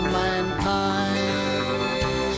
mankind